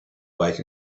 wait